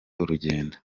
urugendo